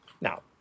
Now